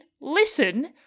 Listen